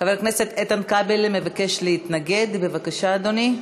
חבר הכנסת איתן כבל מבקש להתנגד, בבקשה, אדוני.